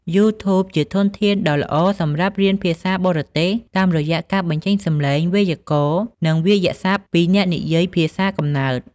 យូធូប ជាធនធានដ៏ល្អសម្រាប់រៀនភាសាបរទេស តាមរយៈការបញ្ចេញសំឡេង វេយ្យាករណ៍ និងវាក្យសព្ទពីអ្នកនិយាយភាសាកំណើត។